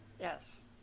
Yes